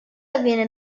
avviene